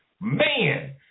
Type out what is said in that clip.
Man